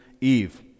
Eve